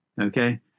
Okay